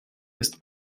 ist